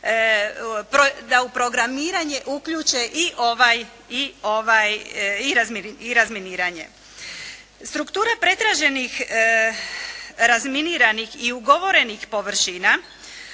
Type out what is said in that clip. da u programiranje uključe i razminiranje. Struktura pretraženih razminiranih i ugovorenih površina